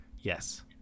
Yes